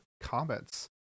comments